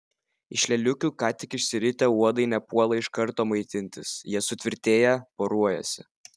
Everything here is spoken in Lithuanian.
iš lėliukių ką tik išsiritę uodai nepuola iš karto maitintis jie sutvirtėja poruojasi